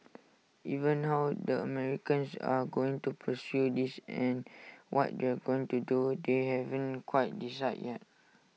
even how the Americans are going to pursue this and what they're going to do they haven't quite decided yet